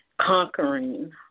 conquering